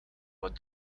what